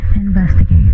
investigate